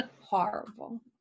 horrible